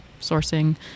sourcing